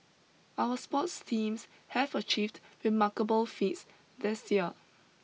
our sports teams have achieved remarkable feats this year